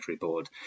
board